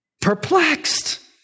perplexed